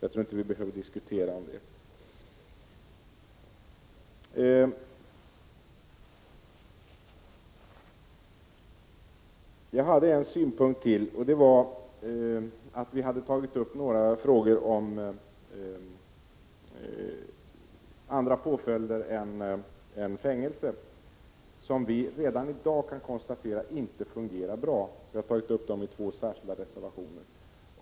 Jag tror inte att vi behöver diskutera detta. Jag nämnde att vi moderater hade tagit upp frågor om andra påföljder än fängelse, som man redan i dag kan konstatera inte fungerar bra, och dessa har vi tagit upp i två reservationer.